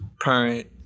parent